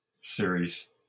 series